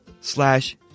slash